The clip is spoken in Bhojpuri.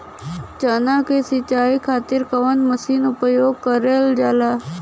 चना के सिंचाई खाती कवन मसीन उपयोग करल जाला?